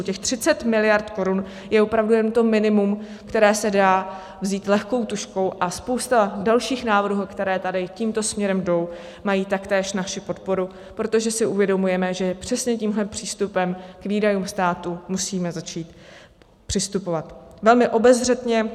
Těch 30 miliard korun je opravdu jen to minimum, které se dá vzít lehkou tužkou, a spousta dalších návrhů, které tady tímto směrem jdou, má taktéž naši podporu, protože si uvědomujeme, že přesně tímhle přístupem k výdajům státu musíme začít přistupovat velmi obezřetně.